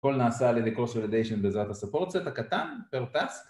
‫כל נעשה על ידי Cross-Validation ‫בעזרת ה-Support Set הקטן, Per Task.